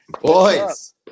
Boys